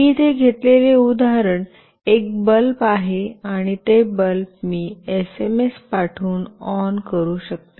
मी येथे घेतलेले उदाहरण एक बल्ब आहे आणि ते बल्ब मी एसएमएस पाठवून ऑन करू शकतो